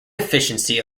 efficiency